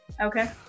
Okay